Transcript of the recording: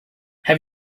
have